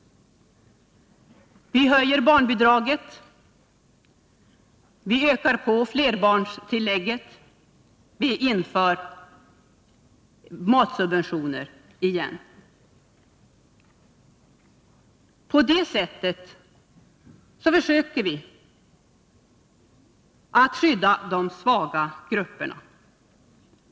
Vi höjer barnbidraget, vi ökar flerbarnstillägget och vi inför matsubventioner igen. På det sättet försöker vi alltså skydda de svaga grupperna.